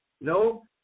No